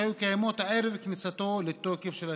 שהיו קיימות ערב כניסתו לתוקף של התיקון.